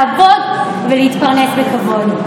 לעבוד ולהתפרנס בכבוד.